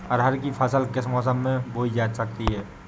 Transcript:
अरहर की फसल किस किस मौसम में बोई जा सकती है?